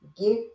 Give